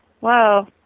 wow